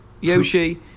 Yoshi